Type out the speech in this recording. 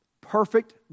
perfect